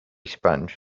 sponge